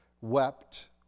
wept